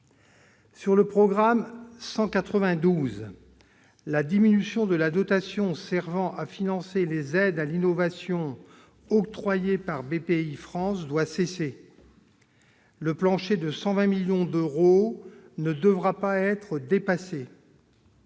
Sur le programme 192, la diminution de la dotation servant à financer les aides à l'innovation octroyées par Bpifrance doit cesser. Le plancher de 120 millions d'euros ne devra pas être dépassé.